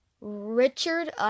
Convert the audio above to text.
Richard